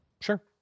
Sure